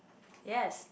yes